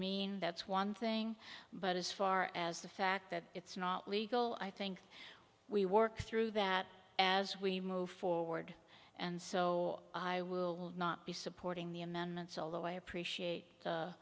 mean that's one thing but as far as the fact that it's not legal i think we work through that as we move forward and so i will not be supporting the amendments although i appreciate